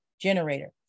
generator